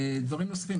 דברים נוספים,